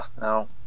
no